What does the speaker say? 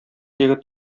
егет